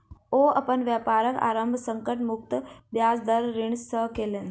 ओ अपन व्यापारक आरम्भ संकट मुक्त ब्याज दर ऋण सॅ केलैन